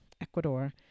Ecuador